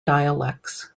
dialects